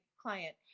client